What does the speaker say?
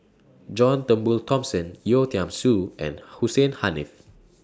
John Turnbull Thomson Yeo Tiam Siew and Hussein Haniff